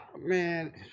man